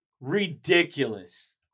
ridiculous